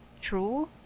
true